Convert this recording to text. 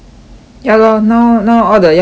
ya lor now now all the Youtube